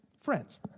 Friends